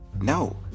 No